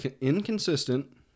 Inconsistent